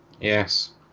Yes